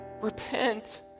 Repent